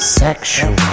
Sexual